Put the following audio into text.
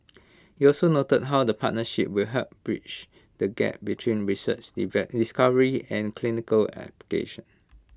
he also noted how the partnership will help bridge the gap between research discovery and clinical application